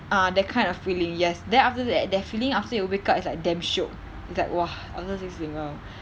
ah that kind of feeling yes then after that that feeling after you wake up it's like damn shiok it's like !wah! honestly speaking